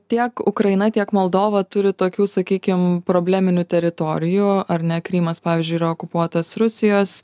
tiek ukraina tiek moldova turi tokių sakykim probleminių teritorijų ar ne krymas pavyzdžiui yra okupuotas rusijos